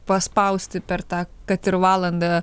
paspausti per tą kad ir valandą